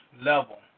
level